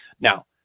Now